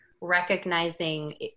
recognizing